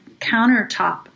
countertop